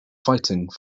fighting